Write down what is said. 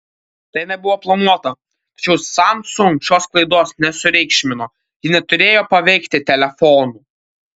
tai nebuvo planuota tačiau samsung šios klaidos nesureikšmino ji neturėjo paveikti telefonų